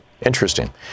Interesting